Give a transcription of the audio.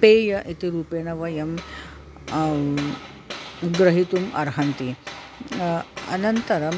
पेयम् इति रूपेण वयं ग्रहितुम् अर्हन्ति अनन्तरं